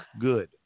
good